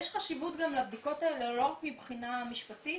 חשיבות גם לבדיקות האלה לא רק מבחינה משפטית,